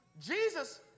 Jesus